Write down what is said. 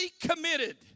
committed